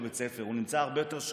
הוא הרבה יותר מהמחנך בבית ספר.